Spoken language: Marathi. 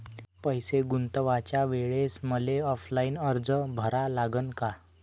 पैसे गुंतवाच्या वेळेसं मले ऑफलाईन अर्ज भरा लागन का?